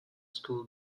school